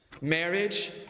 Marriage